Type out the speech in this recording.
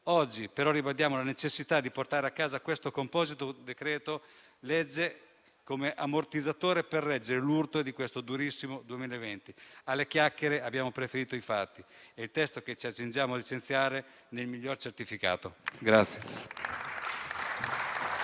Oggi però ribadiamo la necessità di portare a casa questo composito decreto-legge come ammortizzatore per reggere l'urto di questo durissimo 2020. Alle chiacchiere abbiamo preferito i fatti e il testo che ci accingiamo licenziare ne è il miglior certificato